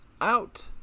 out